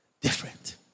different